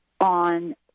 on